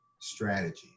strategies